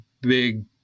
big